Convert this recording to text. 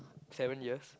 seven years